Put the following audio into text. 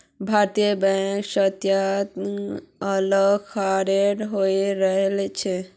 भारतीय बैंकेर स्थिति लगातार खराब हये रहल छे